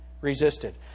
resisted